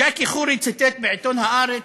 ג'קי חורי ציטט בעיתון "הארץ"